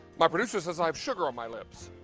my producer says i have sugar on my lips.